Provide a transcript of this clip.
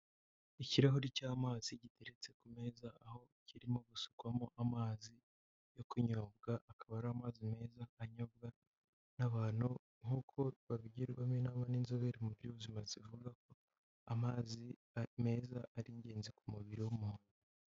Ikirahuri cy'amazi giteretse ku meza aho kirimo gusukwamo amazi yo kunyobwa, akaba ari amazi meza anyobwa n'abantu, nk'uko babigirwamo inama n'inzobere mu by'ubuzima zivuga ko amazi ari meza, ari ingenzi ku mubiri w'umuntu.